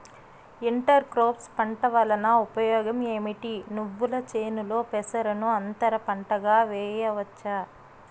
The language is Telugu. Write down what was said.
ఇంటర్ క్రోఫ్స్ పంట వలన ఉపయోగం ఏమిటి? నువ్వుల చేనులో పెసరను అంతర పంటగా వేయవచ్చా?